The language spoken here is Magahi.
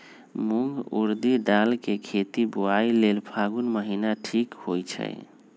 मूंग ऊरडी दाल कें खेती बोआई लेल फागुन महीना ठीक होई छै